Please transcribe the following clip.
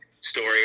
story